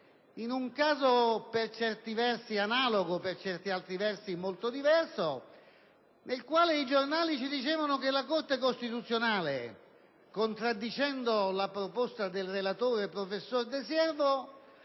in un caso per certi versi analogo e per altri molto diverso, in ordine al quale i giornali hanno scritto che la Corte costituzionale, contraddicendo la proposta del relatore, professor De Siervo,